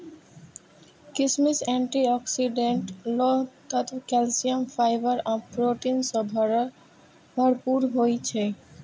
किशमिश antioxidant, लोह तत्व, कैल्सियम, फाइबर आ प्रोटीन सं भरपूर होइ छै